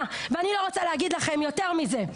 הנשמה, ואני לא רוצה להגיד לכם יותר מזה.